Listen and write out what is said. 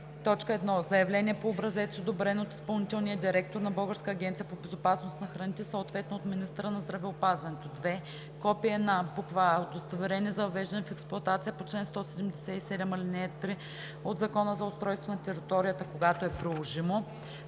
2: 1. заявление по образец, одобрен от изпълнителния директор на Българската агенция по безопасност на храните, съответно от министъра на здравеопазването; 2. копие на: а) удостоверение за въвеждане в експлоатация по чл. 177, ал. 3 от Закона за устройство на територията – когато е приложимо;